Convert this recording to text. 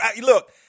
Look